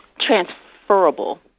transferable